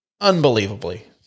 unbelievably